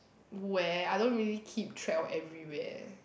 where I don't really keep track of everywhere